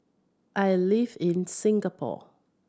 I live in Singapore